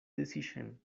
decision